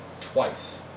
twice